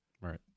Right